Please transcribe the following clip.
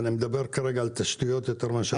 אני מדבר כרגע על תשתיות יותר מאשר על נקודות חלוקה.